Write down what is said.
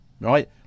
right